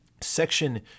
Section